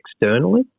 externally